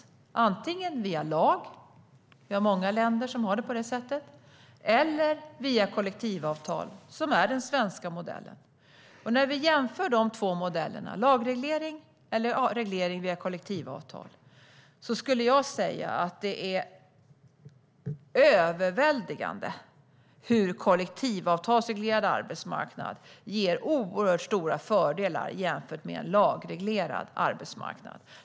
Det kan antingen ske via lag - vi har många länder som har det på det sättet - eller via kollektivavtal, som är den svenska modellen. När vi jämför de två modellerna - lagreglering eller reglering via kollektivavtal - är det överväldigande hur kollektivavtalsreglerad arbetsmarknad ger oerhört stora fördelar jämfört med en lagreglerad arbetsmarknad.